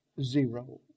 zero